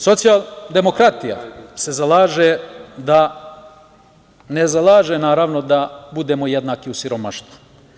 Socijaldemokratija se zalaže da, ne zalaže naravno da budemo jednaki u siromaštvu.